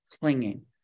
Clinging